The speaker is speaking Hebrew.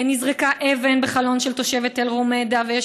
נזרקה אבן לחלון של תושבת תל רומיידה ויש